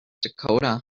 dakota